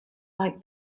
like